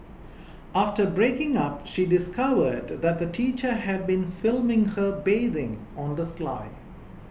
after breaking up she discovered that the teacher had been filming her bathing on the sly